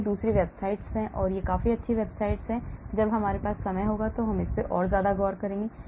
कई वेबसाइट हैं और यह काफी अच्छी वेबसाइट है जब हमारे पास समय होगा तो हम इस पर भी गौर करेंगे